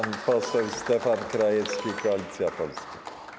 Pan poseł Stefan Krajewski, Koalicja Polska.